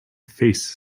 face